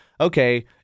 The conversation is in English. okay